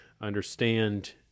understand